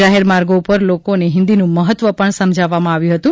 જાહેર માર્ગો ઉપર લોકોને હિન્દીનું મહત્વ પણ સમજાવામાં આવ્યું હતું